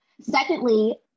Secondly